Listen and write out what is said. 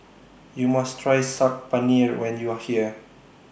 YOU must Try Saag Paneer when YOU Are here